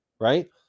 right